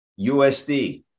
USD